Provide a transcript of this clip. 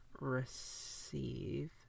receive